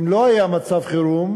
אם לא היה מצב חירום,